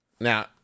Now